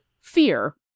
fear